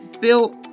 built